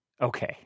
Okay